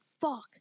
fuck